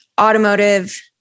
automotive